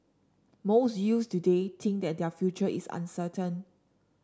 most youth today think that their future is uncertain